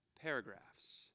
paragraphs